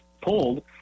pulled